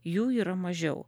jų yra mažiau